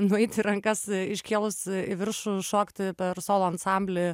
nueit ir rankas iškėlus į viršų šokti per solo ansamblį